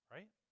Right